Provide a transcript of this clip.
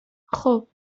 خوب